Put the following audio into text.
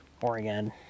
Oregon